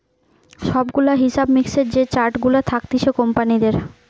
সব গুলা হিসাব মিক্সের যে চার্ট গুলা থাকতিছে কোম্পানিদের